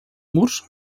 murs